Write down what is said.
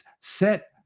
set